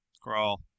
Crawl